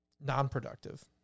non-productive